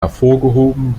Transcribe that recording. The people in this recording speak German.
hervorgehoben